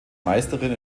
meisterin